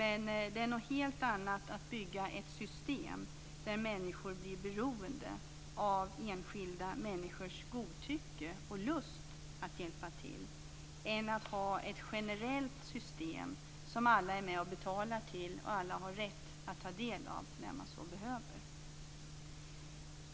Men det är något helt annat att bygga ett system där människor blir beroende av enskilda personers godtycke och lust att hjälpa till än att ha ett generellt system som alla är med och betalar till och alla har rätt att ta del av när man så behöver.